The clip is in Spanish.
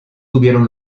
tuvieron